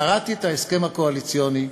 קראתי את ההסכם הקואליציוני,